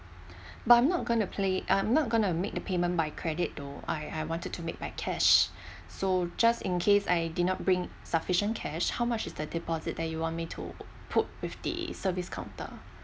but I'm not going to pay I'm not going make the payment by credit though I I wanted to make by cash so just in case I did not bring sufficient cash how much is the deposit that you want me to put with the service counter